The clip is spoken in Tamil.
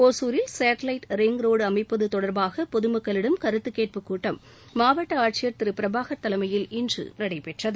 ஒசூரில் சேட்டிவைட் ரிங்ரோடு அமைப்பது தொடர்பாக பொதுமக்களிடம் கருத்து கேட்புக்கூட்டம் மாவட்ட ஆட்சியர் திரு பிரபாகர் தலைமையில் இன்று நடைபெற்றது